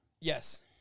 Yes